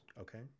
Okay